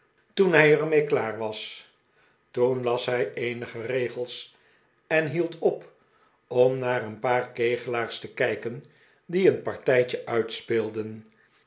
toen hij er mee klaar was toen las hij eenige regels en hield op om naar een paar kegelaars te kijken die een partijtje uitspeelden